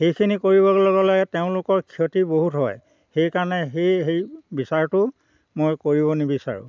সেইখিনি কৰিবলৈ গ'লে তেওঁলোকৰ ক্ষতি বহুত হয় সেইকাৰণে সেই হেৰি বিচাৰটো মই কৰিব নিবিচাৰোঁ